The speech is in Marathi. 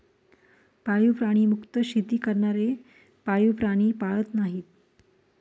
पाळीव प्राणी मुक्त शेती करणारे पाळीव प्राणी पाळत नाहीत